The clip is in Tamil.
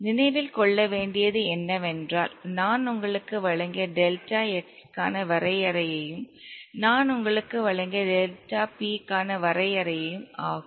நினைவில் கொள்ள வேண்டியது என்னவென்றால் நான் உங்களுக்கு வழங்கிய டெல்டா x க்கான வரையறையும் நான் உங்களுக்கு வழங்கிய டெல்டா p க்கான வரையறையும் ஆகும்